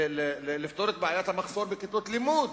לפתור את בעיית המחסור בכיתות לימוד,